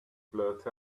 blurt